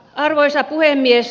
arvoisa puhemies